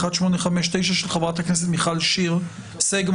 פ/1859/24 של חברת הכנסת מיכל שיר סגמן.